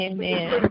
Amen